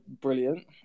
brilliant